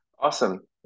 Awesome